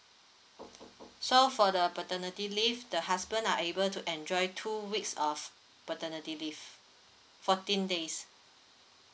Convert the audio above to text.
so for the paternity leave the husband are able to enjoy two weeks of paternity leave fourteen days